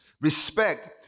respect